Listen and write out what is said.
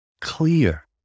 clear